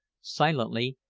silently,